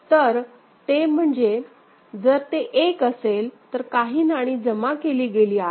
तर ते म्हणजे जर ते 1 असेल तर काही नाणी जमा केली गेली आहेत